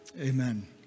Amen